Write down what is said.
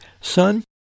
Son